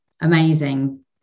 amazing